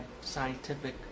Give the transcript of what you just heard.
scientific